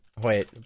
Wait